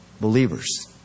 Believers